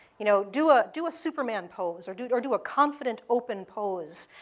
you know do ah do a superman pose, or do or do a confident, open pose.